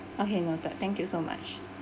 okay noted thank you so much